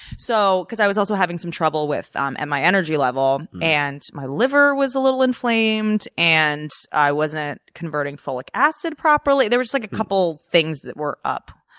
so because i was also having some trouble with um and my energy level, and my liver was a little inflamed and i wasn't converting folic acid properly. there were like a couple things that were up.